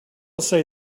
say